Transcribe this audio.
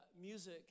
music